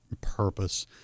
purpose